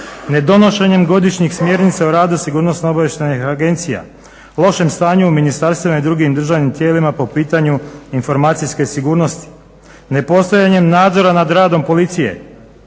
nedonošenjem godišnjih smjernica o radu sigurnosno-obavještajnih agencija, lošem stanju u ministarstvima i drugim državnim tijelima po pitanju informacijske sigurnosti, nepostojanjem nadzora nad radom policije,